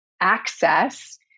access